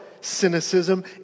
cynicism